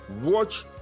Watch